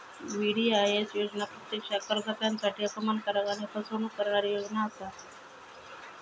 VDIS योजना प्रत्यक्षात करदात्यांसाठी अपमानकारक आणि फसवणूक करणारी योजना असा